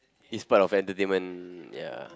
is part of entertainment ya